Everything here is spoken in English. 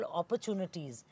opportunities